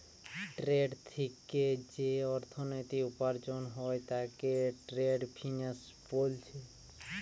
trade থিকে যেই অর্থনীতি উপার্জন হয় তাকে ট্রেড ফিন্যান্স বোলছে